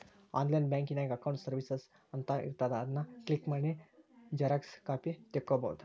online ಬ್ಯಾಂಕಿನ್ಯಾಗ accounts services ಅಂತ ಇರ್ತಾದ ಅದನ್ ಕ್ಲಿಕ್ ಮಾಡಿ ಝೆರೊಕ್ಸಾ ಕಾಪಿ ತೊಕ್ಕೊಬೋದು